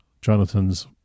Jonathan's